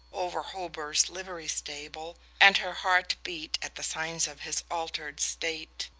over hober's livery stable, and her heart beat at the signs of his altered state.